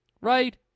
Right